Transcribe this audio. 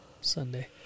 Sunday